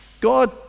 God